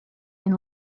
and